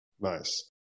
Nice